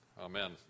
Amen